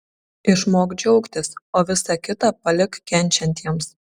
išmok džiaugtis o visa kita palik kenčiantiems